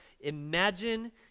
imagine